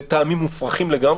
לטעמי מופרכים לגמרי.